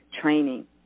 training